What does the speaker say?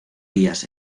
días